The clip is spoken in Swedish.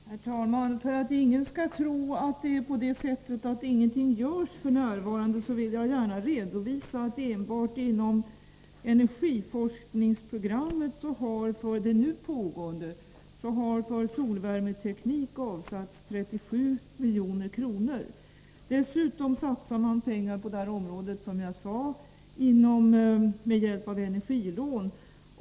Herr talman! För att ingen skall tro att ingenting görs f. n., vill jag gärna redovisa att det enbart inom nu pågående energiforskningsprogram har avsatts 37 milj.kr. för solvärmeteknik. Dessutom satsar man pengar på detta område, som jag sade, med hjälp av energilån.